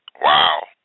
Wow